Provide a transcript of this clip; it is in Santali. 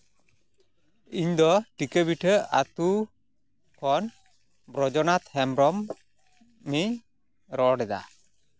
ᱤᱧᱫᱚ ᱴᱤᱠᱟᱹᱵᱤᱴᱷᱟᱹ ᱟᱹᱛᱩ ᱠᱷᱚᱱ ᱵᱳᱭᱫᱚᱱᱟᱛᱷ ᱦᱮᱢᱵᱨᱚᱢ ᱤᱧ ᱨᱚᱲ ᱮᱫᱟ